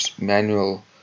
manual